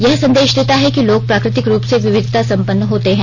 यह संदेश देता है कि लोग प्राकृतिक रूप से विविधता सम्पन्न होते हैं